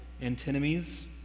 antinomies